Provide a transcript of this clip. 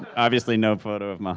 obviously, no photo of